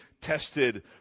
tested